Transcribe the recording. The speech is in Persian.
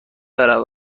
مردمی